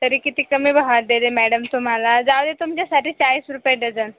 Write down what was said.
तरी किती कमी भावात दिले मॅडम तुम्हाला जाऊदे तुमच्यासाठी चाळीस रुपये डझन